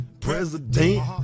President